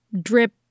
drip